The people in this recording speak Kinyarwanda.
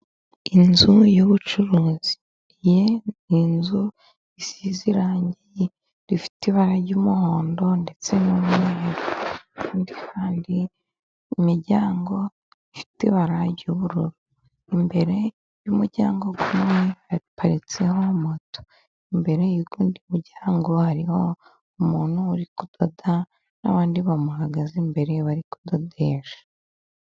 Inzu y'ubucuruziye ni inzu isize irangi rifite ibara ry'umuhondo ndetse n'umweru kandi imiryango ifite ibara ry'ubururu imbere y'umuryango umwe haparitseho moto, imbere y'undi muryango hariho umuntu uri kudoda n'abandi bamuhagaze imbere bari kudodesha.